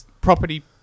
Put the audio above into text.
property